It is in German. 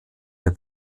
der